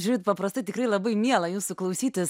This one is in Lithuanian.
žiūrit paprastai tikrai labai miela jūsų klausytis